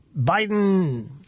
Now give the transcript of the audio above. Biden